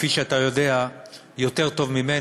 כפי שאתה יודע יותר טוב ממני,